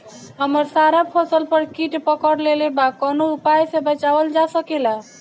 हमर सारा फसल पर कीट पकड़ लेले बा कवनो उपाय से बचावल जा सकेला?